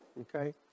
Okay